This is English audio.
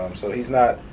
um so he's not,